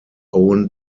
owen